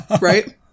right